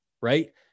Right